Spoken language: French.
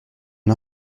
une